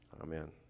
Amen